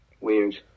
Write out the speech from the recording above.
Weird